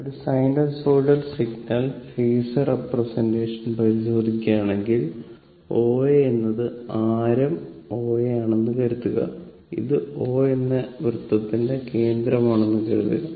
ഒരു sinusoidal signal phasor sinusoidal signalphasor representation പരിശോധിക്കുകയാണെങ്കിൽ OA എന്നത് ആരം OA ആണെന്ന് കരുതുക ഇത് O എന്ന വൃത്തത്തിന്റെ കേന്ദ്രമാണെന്ന് കരുതുക